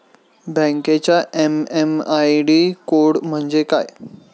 बँकेचा MMID code म्हणजे काय?